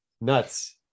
nuts